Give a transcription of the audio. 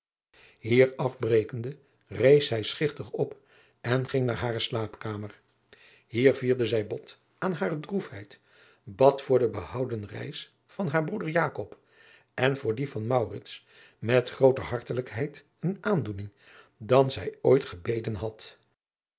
hier afbrekende rees zij schichtig op en ging naar hare slaapkamer hier vierde zij bot aan hare droefheid bad voor de behouden reis van haar broeder jakob en voor die van maurits met grooter hartelijkheid en aandoening dan zij ooit gebeden had